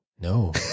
No